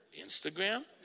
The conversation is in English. Instagram